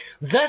Thus